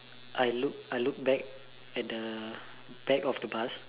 I looked I looked back at the back of the bus